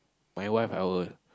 my wife I will